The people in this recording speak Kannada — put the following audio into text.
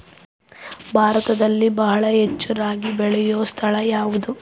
ಭಾರತದಲ್ಲಿ ಬಹಳ ಹೆಚ್ಚು ರಾಗಿ ಬೆಳೆಯೋ ಸ್ಥಳ ಯಾವುದು?